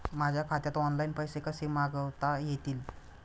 माझ्या खात्यात ऑनलाइन पैसे कसे मागवता येतील?